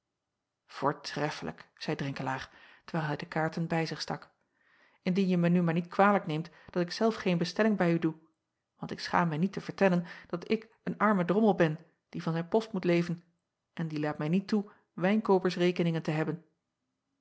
oortreffelijk zeî renkelaer terwijl hij de kaarten bij zich stak indien je mij nu maar niet kwalijk neemt dat ik zelf geen bestelling bij u doe want ik schaam mij niet te vertellen dat ik een arme drommel ben die van zijn post moet leven en die laat mij niet toe wijnkoopersrekeningen te hebben